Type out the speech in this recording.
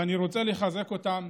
ואני רוצה לחזק אותם